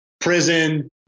prison